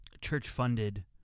church-funded